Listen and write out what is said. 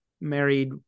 married